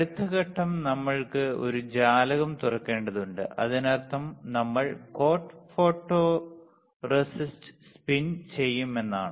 അടുത്ത ഘട്ടം നമ്മൾക്ക് ഒരു ജാലകം തുറക്കേണ്ടതുണ്ട് അതിനർത്ഥം നമ്മൾ കോട്ട് ഫോട്ടോറെസിസ്റ്റ് സ്പിൻ ചെയ്യുമെന്നാണ്